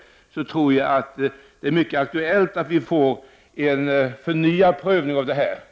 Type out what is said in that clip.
Jag tror att det är mycket angeläget att vi får en förnyad prövning i denna fråga.